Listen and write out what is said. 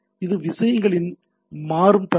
இது விஷயங்களின் மாறும் தன்மை